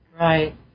right